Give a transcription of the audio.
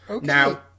Now